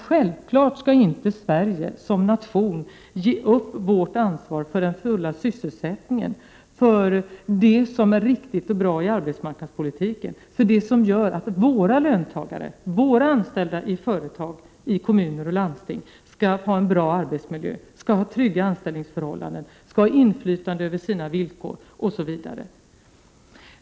Sverige skall som nation självfallet inte ge upp ansvaret för den fulla sysselsättningen, för det som är riktigt och bra i arbetsmarknadspolitiken, för det som gör att svenska löntagare, de anställda i företag, kommuner och landsting, skall ha en bra arbetsmiljö, trygga anställningsförhållanden, inflytande över sina villkor osv.